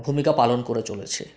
ভূমিকা পালন করে চলেছে